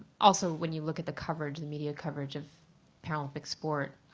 also when you look at the coverage, the media coverage of paralympic sport,